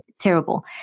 terrible